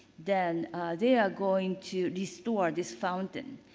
then they are going to restore this fountain.